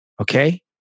Okay